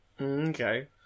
okay